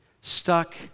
Stuck